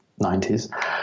90s